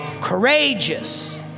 courageous